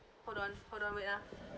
hold on hold on wait ah